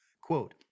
Quote